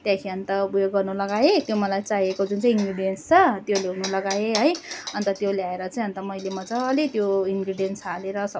त्यहाँदेखि अन्त उयो गर्नु लगाएँ त्यो मलाई चाहिएको जुन चाहिँ इन्ग्रिडियन्स छ त्यो ल्याउनु लगाएँ है अन्त त्यो ल्याएर चाहिँ अन्त मैले मजाले त्यो इन्ग्रिडियन्स हालेर सब